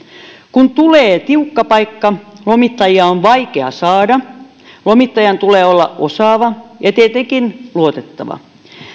kun tulee tiukka paikka lomittajia on vaikea saada lomittajan tulee olla osaava ja tietenkin luotettava